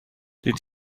did